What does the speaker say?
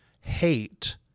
hate